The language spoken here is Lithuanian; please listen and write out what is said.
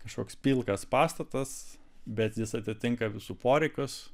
kažkoks pilkas pastatas bet jis atitinka visų poreikius